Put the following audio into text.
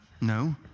No